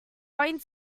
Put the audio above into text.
going